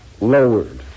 lowered